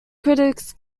critics